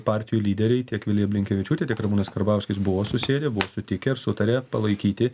partijų lyderiai tiek vilija blinkevičiūtė tiek ramūnas karbauskis buvo susėdę sutikę ir sutarė palaikyti